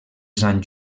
sant